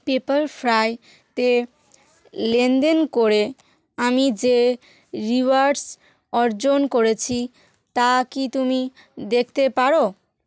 Pepperfry তে লেনদেন করে আমি যে রিওয়ার্ডস অর্জন করেছি তা কি তুমি দেখতে পারো